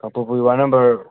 Kangpokpi ward number